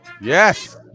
Yes